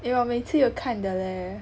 因为我每次有看的 leh